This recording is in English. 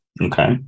Okay